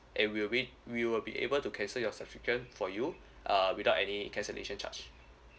and we will we will be able to cancel your subscription for you uh without any cancellation charge